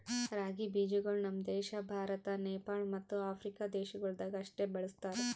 ರಾಗಿ ಬೀಜಗೊಳ್ ನಮ್ ದೇಶ ಭಾರತ, ನೇಪಾಳ ಮತ್ತ ಆಫ್ರಿಕಾ ದೇಶಗೊಳ್ದಾಗ್ ಅಷ್ಟೆ ಬೆಳುಸ್ತಾರ್